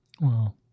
Wow